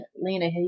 Lena